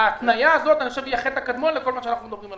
ההתנייה הזאת היא החטא הקדמון על כל מה שאנחנו מדברים עליו.